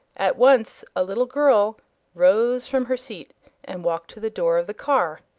at once a little girl rose from her seat and walked to the door of the car,